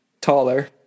Taller